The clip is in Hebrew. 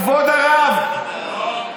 כבוד הרב,